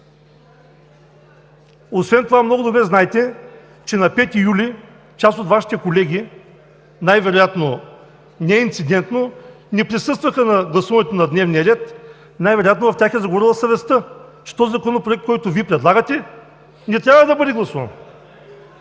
Освен това много добре знаете, че на 5 юли част от Вашите колеги, най-вероятно неинцидентно, не присъстваха на гласуването на дневния ред. Най-вероятно в тях е заговорила съвестта, че Законопроектът, който Вие предлагате, не трябва да бъде гласуван.